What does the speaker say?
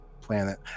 planet